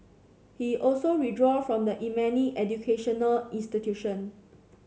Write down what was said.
he also withdraw from the Yemeni educational institution